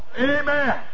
Amen